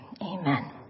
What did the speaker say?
amen